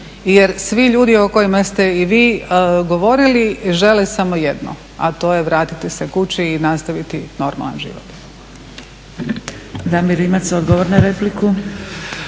jer svi ljudi o kojima ste i vi govorili žele samo jedno, a to je vratiti se kući i nastaviti normalan život.